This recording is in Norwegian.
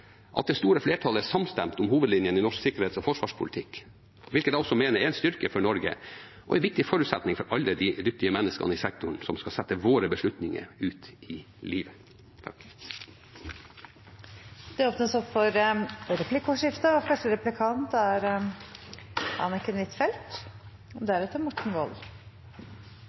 store flertallet er samstemt om hovedlinjene i norsk sikkerhets- og forsvarspolitikk, hvilket jeg også mener er en styrke for Norge og en viktig forutsetning for alle de dyktige menneskene i sektoren som skal sette våre beslutninger ut i livet.